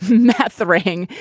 that's the ring.